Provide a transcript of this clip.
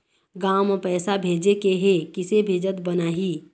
गांव म पैसे भेजेके हे, किसे भेजत बनाहि?